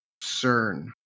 CERN